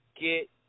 get